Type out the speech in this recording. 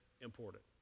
important